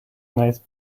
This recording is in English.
nice